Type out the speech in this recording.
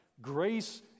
grace